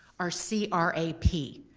are c r a p.